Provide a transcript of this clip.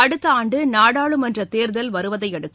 அடுத்த ஆண்டு நாடாளுமன்ற தேர்தல் வருவதையடுத்து